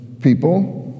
people